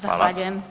Zahvaljujem.